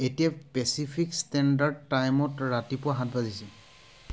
এতিয়া Pacific standard টাইমত ৰাতিপুৱা সাত বাজিছে